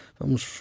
vamos